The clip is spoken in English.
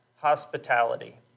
hospitality